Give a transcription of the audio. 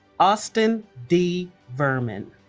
austin d. vuurman